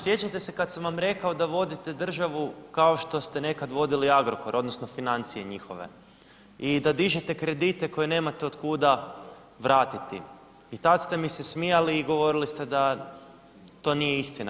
Sjećate se kada sam vam rekao da vodite državu kao što ste nekad vodili Agrokor odnosno financije njihove i da dižete kredite koje nemate od kuda pratiti i tada ste mi se smijali i govorili ste da to nije istina.